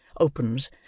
opens